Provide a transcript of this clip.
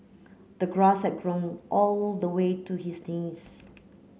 the grass had grown all the way to his knees